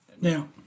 Now